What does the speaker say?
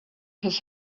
his